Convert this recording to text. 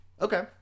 Okay